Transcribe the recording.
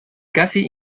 casi